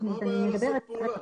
למה לא פעלתם?